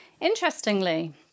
Interestingly